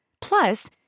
Plus